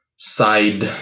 Side